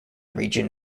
region